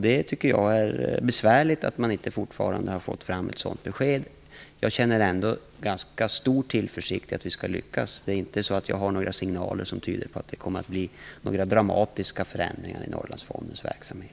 Jag tycker att det är besvärligt att man ännu inte har fått fram ett besked där. Ändå känner jag ganska stor tillförsikt när det gäller att lyckas. Jag har inte fått några signaler om att det kommer att bli dramatiska förändringar i Norrlandsfondens verksamhet.